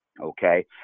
okay